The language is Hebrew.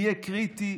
יהיה קריטי.